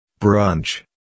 brunch